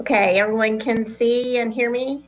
ok everyone can see and hear me